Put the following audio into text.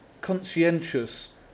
conscientious